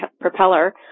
propeller